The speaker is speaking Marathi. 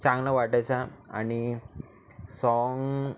चांगलं वाटायचा आणि साँग